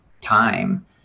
time